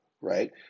right